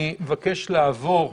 אני מבקש לעבור,